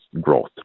growth